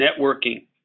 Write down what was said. networking